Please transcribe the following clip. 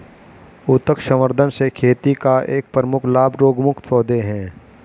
उत्तक संवर्धन से खेती का एक प्रमुख लाभ रोगमुक्त पौधे हैं